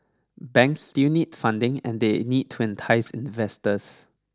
banks still need funding and they need to entice investors